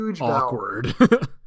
awkward